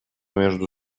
между